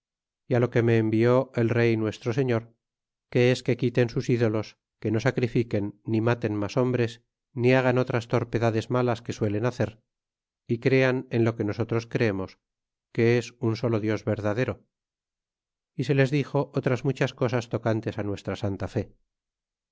lo que me envió el rey nuestro señor que es que quiten sus ídolos que no sacrifiquen ni maten mas hombres ni hagan otras torpedades malas que suelen hacer y crean en lo que nosotros creemos que es un solo dios verdadero y se les dixo otras muchas cosas tocantes nuestra san ta fe